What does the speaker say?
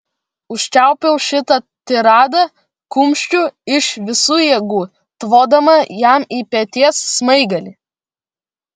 užčiaupiau šitą tiradą kumščiu iš visų jėgų tvodama jam į peties smaigalį